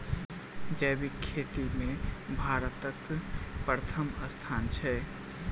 जैबिक खेती मे भारतक परथम स्थान छै